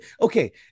Okay